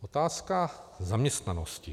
Otázka zaměstnanosti.